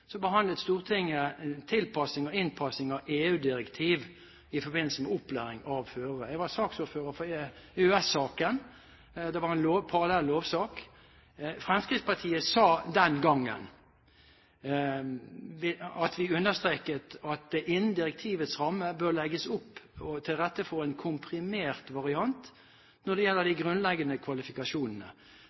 behandlet tilpasning til og innpasning av EU-direktiv i forbindelse med opplæring av førere. Jeg var saksordfører for EØS-saken. Det var en parallell lovsak. Fremskrittspartiet understreket den gangen at Norge «innenfor direktivets rammer kan og bør legge til rette for en komprimert variant når det gjelder de grunnleggende kvalifikasjonene.